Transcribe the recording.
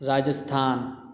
Rajasthan